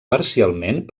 parcialment